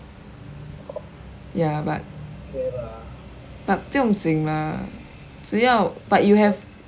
ya but but 不用紧 lah 只要 but you have